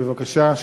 בבקשה.